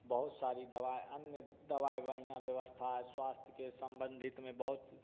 बहुत सारी दवा अन्य दवाएँ बढ़ियाँ व्यवस्था स्वास्थ्य के सम्बंधित में बहुत